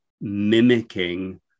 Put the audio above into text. mimicking